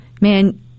man